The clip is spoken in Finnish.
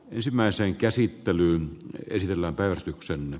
ensimmäisen käsittelyn oltua paikalla